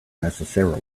necessarily